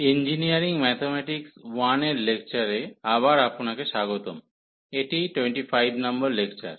engineering mathematics 1 এর লেকচারে আবার আপনাকে স্বাগতম এটি 25 নম্বর লেকচার